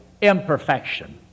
imperfection